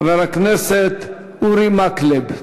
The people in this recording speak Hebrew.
חבר הכנסת אורי מקלב.